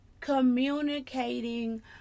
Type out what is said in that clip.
communicating